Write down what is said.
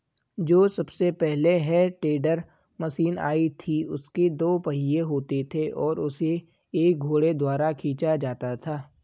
जो सबसे पहले हे टेडर मशीन आई थी उसके दो पहिये होते थे और उसे एक घोड़े द्वारा खीचा जाता था